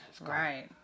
Right